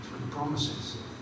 promises